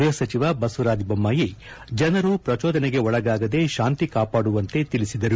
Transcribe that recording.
ಗೃಪ ಸಚಿವ ಬಸವರಾಜ ಬೊಮ್ಮಾಯಿ ಜನರು ಪ್ರಜೋದನೆಗೊಳಗಾಗದೆ ಶಾಂತಿ ಕಾಪಾಡುವಂತೆ ತಿಳಿಸಿದರು